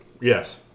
Yes